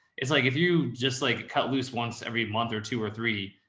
it's like, if you just like cut loose once every month or two or three.